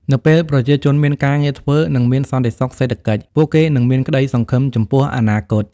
នៅពេលប្រជាជនមានការងារធ្វើ និងមានសន្តិសុខសេដ្ឋកិច្ច ពួកគេនឹងមានក្តីសង្ឃឹមចំពោះអនាគត។